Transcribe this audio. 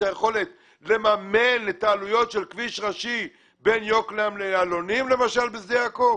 היכולת לממן את העלויות של כביש ראשי בין יוקנעם לאלונים למשל בשדה יעקב?